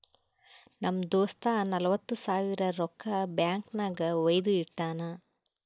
ನಮ್ ದೋಸ್ತ ನಲ್ವತ್ ಸಾವಿರ ರೊಕ್ಕಾ ಬ್ಯಾಂಕ್ ನಾಗ್ ವೈದು ಇಟ್ಟಾನ್